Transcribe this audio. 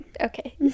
okay